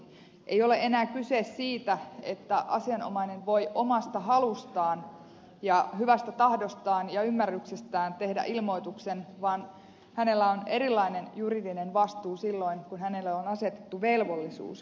ei ole enää kyse siitä että asianomainen voi omasta halustaan ja hyvästä tahdostaan ja ymmärryksestään tehdä ilmoituksen vaan hänellä on erilainen juridinen vastuu silloin kun hänelle on asetettu velvollisuus